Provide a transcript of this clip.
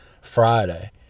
Friday